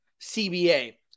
CBA